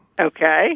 Okay